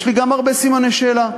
יש לי גם הרבה סימני שאלה.